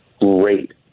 Great